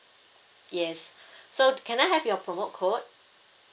yes so can I have your promo code